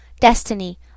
Destiny